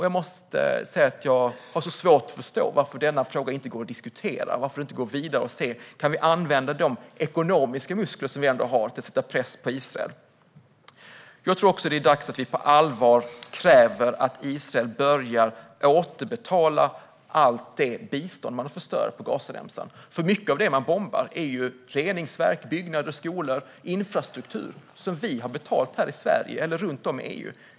Jag måste säga att jag har svårt att förstå varför denna fråga inte går att diskutera. Varför inte gå vidare och se om vi kan använda de ekonomiska muskler vi ändå har till att sätta press på Israel? Jag tror också att det är dags att vi på allvar kräver att Israel börjar återbetala allt det bistånd man har förstört på Gazaremsan. Mycket av det man bombar är nämligen reningsverk, byggnader och skolor - infrastruktur som vi här i Sverige eller runt om i EU har betalat.